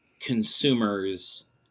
consumers